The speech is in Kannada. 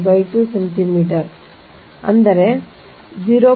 5 2 ಸೆಂಟಿಮೀಟರ್ 0